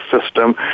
system